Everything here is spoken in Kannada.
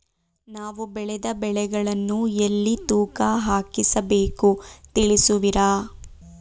ನಾವು ಬೆಳೆದ ಬೆಳೆಗಳನ್ನು ಎಲ್ಲಿ ತೂಕ ಹಾಕಿಸಬೇಕು ತಿಳಿಸುವಿರಾ?